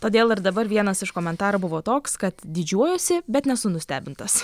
todėl ir dabar vienas iš komentarų buvo toks kad didžiuojuosi bet nesu nustebintas